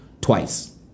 Twice